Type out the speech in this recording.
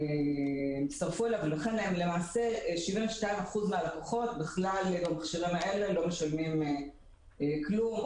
כך שלמעשה 72% מהלקוחות לא משלמים במכשירים האלה כלום,